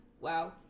wow